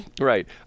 Right